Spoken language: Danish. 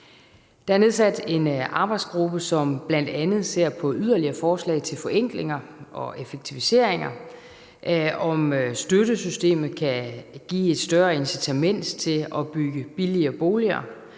Der er nedsat en arbejdsgruppe, som bl.a. ser på yderligere forslag til forenklinger og effektiviseringer og på, om støttesystemet kan give et større incitament til at bygge billigere boliger,